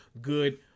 good